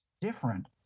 different